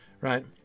right